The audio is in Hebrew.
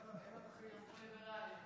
לא, אנחנו ליברלים.